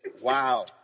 wow